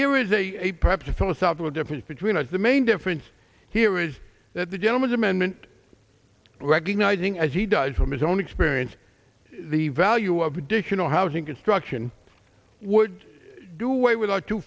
here is a perhaps a philosophical difference between us the main difference here is that the gentleman's amendment recognizing as he does from his own experience the value of additional housing construction would do away with our two